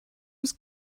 was